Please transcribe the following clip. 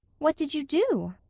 what did you do?